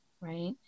right